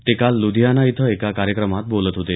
ते काल लुधियाना इथं एका कार्यक्रमात बोलत होते